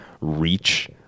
reach